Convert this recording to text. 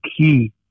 key